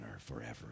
forever